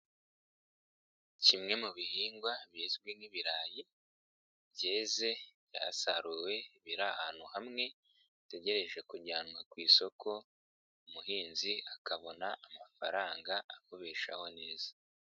Kimwe mu bihingwa bizwi nk'ibirayi byeze byasaruwe biri ahantu hamwe, hategereje kujyanwa ku isoko umuhinzi akabona amafaranga amubeshaho neza.